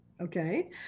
Okay